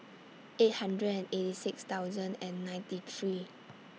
eight hundred and eighty six thousand and ninety three